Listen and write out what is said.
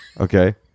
Okay